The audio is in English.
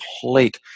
complete